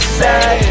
say